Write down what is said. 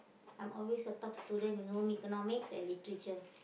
I'm always the top student in home-economics and literature